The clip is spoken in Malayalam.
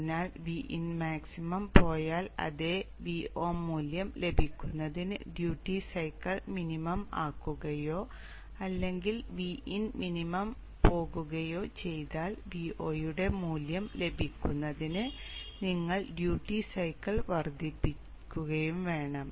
അതിനാൽ Vin മാക്സിമം പോയാൽ അതേ Vo മൂല്യം ലഭിക്കുന്നതിന് ഡ്യൂട്ടി സൈക്കിൾ മിനിമം ആക്കുകയോ അല്ലെങ്കിൽ Vin മിനിമം പോകുകയോ ചെയ്താൽ Vo യുടെ മൂല്യം ലഭിക്കുന്നതിന് നിങ്ങൾ ഡ്യൂട്ടി സൈക്കിൾ വർദ്ധിപ്പിക്കുകയും വേണം